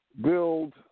build